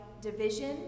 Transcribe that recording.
division